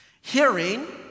Hearing